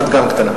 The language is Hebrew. את גם קטנה.